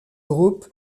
group